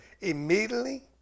immediately